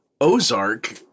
Ozark